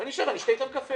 ואז אני אשב ואשתה אתם קפה.